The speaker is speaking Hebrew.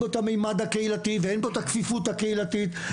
את הכפר הערבי או את העיר הערבית צריך לחזק,